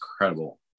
incredible